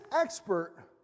expert